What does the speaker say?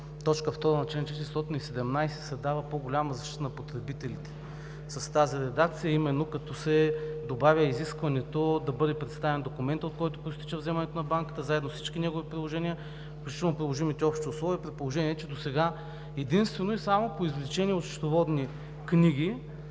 на т. 2 на чл. 417 се дава по-голяма защита на потребителите с тази редакция, а именно като се добавя изискването да бъде представен документът, от който произтича вземането на банката, заедно с всички негови приложения, включително приложимите общи условия, при положение че досега единствено и само по извлечения от счетоводни книги,